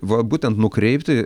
va būtent nukreipti